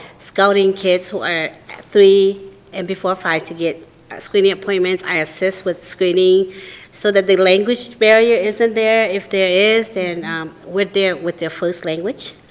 scouting kids who are three and before five to get screening appointments. i assist with screening so that the language barrier isn't there. if there is, then we're there with their first language.